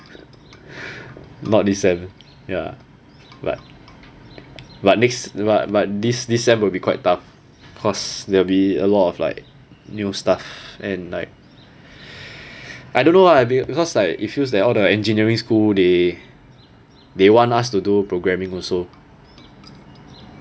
not this sem ya but but next lah but this this sem will be quite tough cause there'll be a lot of like new stuff and like I don't know ah because like it feels like all the engineering schools they they want us to do programming also